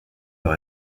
leur